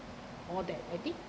more that I think